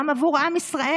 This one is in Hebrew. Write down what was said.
גם עבור עם ישראל.